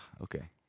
Okay